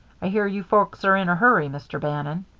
i hear you folks are in a hurry, mr. bannon?